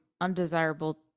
undesirable